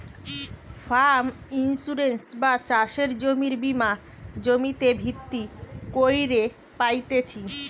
farm insurance বা চাষের জমির বীমা জমিতে ভিত্তি কইরে পাইতেছি